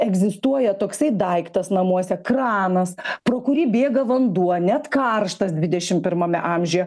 egzistuoja toksai daiktas namuose kranas pro kurį bėga vanduo net karštas dvidešim pirmame amžiuje